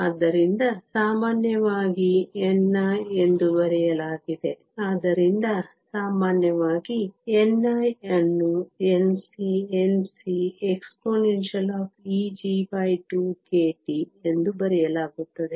ಆದ್ದರಿಂದ ಸಾಮಾನ್ಯವಾಗಿ ni ಎಂದು ಬರೆಯಲಾಗಿದೆ ಆದ್ದರಿಂದ ಸಾಮಾನ್ಯವಾಗಿ ni ಅನ್ನು NcNcexpEg2kT ಎಂದು ಬರೆಯಲಾಗುತ್ತದೆ